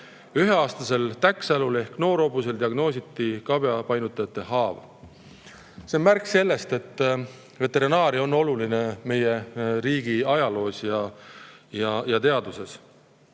Üheaastasel täkksälul ehk noorhobusel diagnoositi kabjapainutajate haav."See on märk sellest, et veterinaaria on oluline meie riigi ajaloos ja teaduses.